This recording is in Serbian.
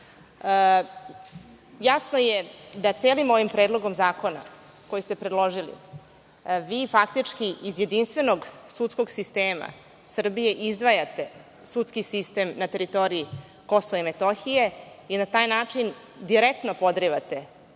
Jasno je da celim ovim predlogom zakona koji ste predložili vi faktički iz jedinstvenog sistema Srbije izdvajate sudski sistem na teritoriji Kosova i Metohije i na taj način direktno podrivate